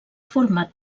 format